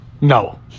No